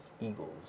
Eagles